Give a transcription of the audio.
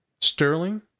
Sterling